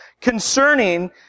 concerning